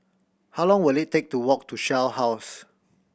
how long will it take to walk to Shell House